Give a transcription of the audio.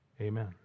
amen